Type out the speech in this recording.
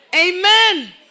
Amen